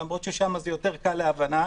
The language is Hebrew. למרות ששם זה יותר קל להבנה,